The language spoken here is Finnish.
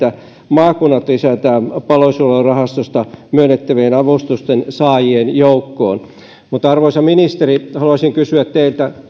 maakunnat lisätään palosuojelurahastosta myönnettävien avustusten saajien joukkoon mutta arvoisa ministeri haluaisin kysyä teiltä